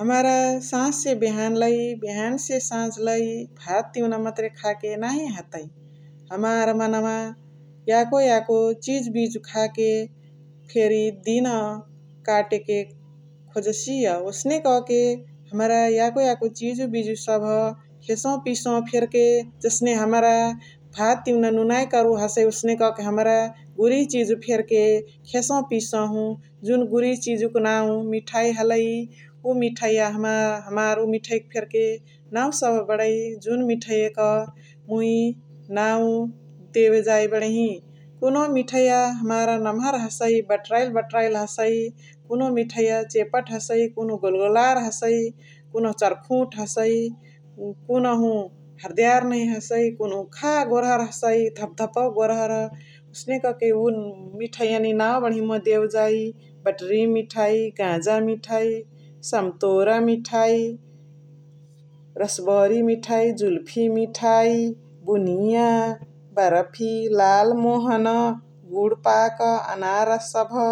हमरा साझसे बेहान लाई, बेहानसे साझलइ भात तिउना मतुरे खाके नाही हतइ । हमार मनवा याको याको चिजु बिजु खाके फेरी दिन काटके खोजसिय । ओसने कके याको याको चिजु बिजु सबह खेसहु पिसाहु फेर्के जसने हमरा भात तिउना नुनाइ करुह हसइ ओसने कके हमरा गुरिह चिजु फेरके खेसहु पिसाहु । जुन गुरिह चिजुक नाउ मिठै हलइ । उ मिठैया हमार उ मिठैक फेरके नाउ सबह बणइ जुन मिठैक मुइ नाउ देवे जाइ बणही । कुनुहु मिठैया हमार नमहर हसइ, बटराइली बटराइली हसइ । कुनुहु मिठैया चेपत हसइ, कुनुहु गोलगोलार हसइ । कुनुहु चारकुत हसइ । कुनुहु हरद्यार नहिया हसइ । कुनुहु खा गोरहर हसइ, धपढ्अपौवा गोरहर । ओसने कके उ मिठैयानी नाउ बणही देवे जाइ बटरी मिठाइ, गाजा मिठाइ, सम्तोरा मिठाइ, रसबारी मिठाइ, जुल्फी मिठाइ, बुनिया, बर्फि, लालमोहन्, गुणपाक्, अनार सबह्,